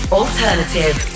alternative